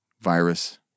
virus